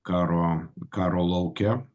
karo karo lauke